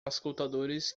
auscultadores